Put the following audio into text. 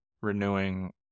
renewing